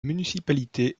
municipalité